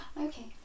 okay